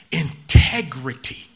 integrity